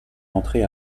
rentré